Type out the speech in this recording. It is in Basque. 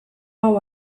hau